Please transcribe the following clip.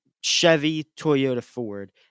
Chevy-Toyota-Ford